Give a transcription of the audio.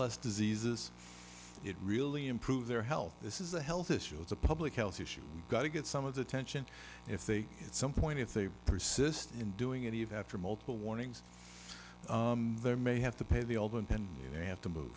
less diseases it really improve their health this is a health issue it's a public health issue got to get some of the attention if they at some point if they persist in doing any of that for multiple warnings there may have to pay the old and they have to